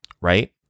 right